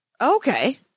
okay